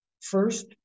First